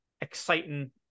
exciting